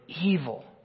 evil